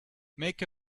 make